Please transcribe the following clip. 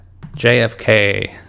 JFK